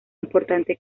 importante